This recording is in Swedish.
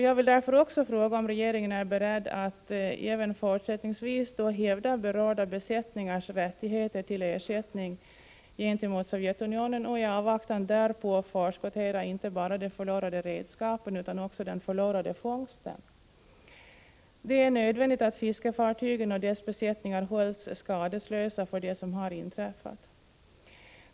Jag vill därför också fråga om regeringen är beredd att även fortsättningsvis gentemot Sovjetunionen hävda berörda besättningars rättigheter till ersättning och i avvaktan därpå förskottera ersättning inte bara för de förlorade redskapen utan också för den förlorade fångsten. Det är nödvändigt att fiskefartygen och deras besättningar hålls skadeslösa för det som inträffat.